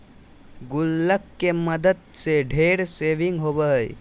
गुल्लक के मदद से ढेर सेविंग होबो हइ